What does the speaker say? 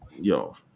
Yo